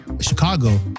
Chicago